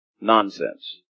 Nonsense